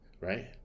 right